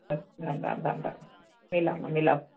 अस्तु राम्राम्राम्रां मिलामः मिलाम